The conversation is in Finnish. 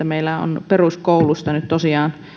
meillä peruskoulusta nyt tosiaan